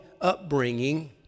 upbringing